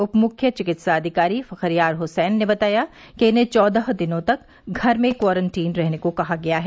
उप मुख्य चिकित्साधिकारी फखरयार हुसैन ने बताया कि इन्हें चौदह दिनों तक घर में क्वारंटीन रहने को कहा गया है